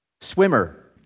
Swimmer